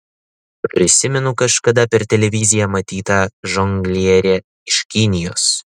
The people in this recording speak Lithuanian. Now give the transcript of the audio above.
prisimenu kažkada per televiziją matytą žonglierę iš kinijos